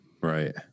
Right